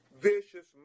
vicious